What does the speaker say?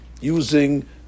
using